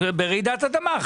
רעידת האדמה?